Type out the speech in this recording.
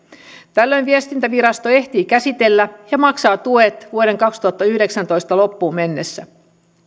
tällöin viestintävirasto ehtii käsitellä ja maksaa tuet vuoden kaksituhattayhdeksäntoista loppuun mennessä